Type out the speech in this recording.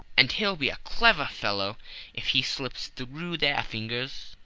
and he'll be a clever fellow if he slips through their fingers.